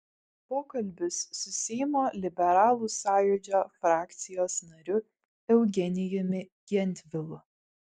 pokalbis su seimo liberalų sąjūdžio frakcijos nariu eugenijumi gentvilu